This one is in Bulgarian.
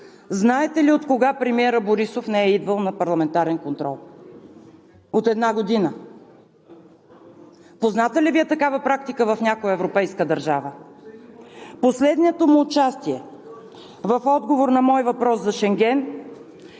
Знаете ли откога премиерът Борисов не е идвал на парламентарен контрол? От една година! Позната ли Ви е такава практика в някоя европейска държава? Последното му участие в отговор на мой въпрос за Шенген е